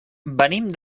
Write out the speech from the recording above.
venim